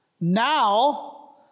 now